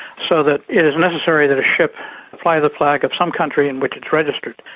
so that it is necessary that a ship fly the flag of some country in which it's registered.